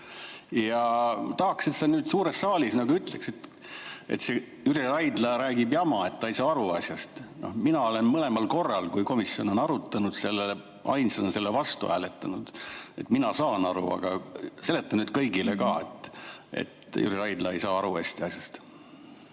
ma tahaks, et sa nüüd suures saalis ütleksid, et Jüri Raidla räägib jama, et ta ei saa asjast aru. Mina olen mõlemal korral, kui komisjon on seda arutanud, ainsana selle vastu hääletanud. Mina saan aru, aga seleta nüüd kõigile ka, et Jüri Raidla ei saa hästi asjast